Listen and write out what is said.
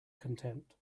contempt